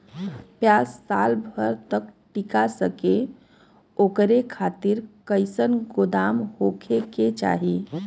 प्याज साल भर तक टीका सके ओकरे खातीर कइसन गोदाम होके के चाही?